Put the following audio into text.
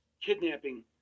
kidnapping